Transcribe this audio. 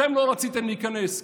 אתם לא רציתם להיכנס.